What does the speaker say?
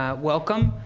ah welcome.